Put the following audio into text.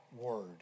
word